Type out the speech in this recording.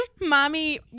mommy